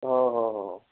ਹਾਂ ਹਾਂ ਹਾਂ